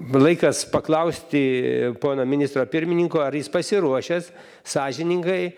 laikas paklausti pono ministro pirmininko ar jis pasiruošęs sąžiningai